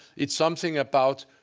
it's something about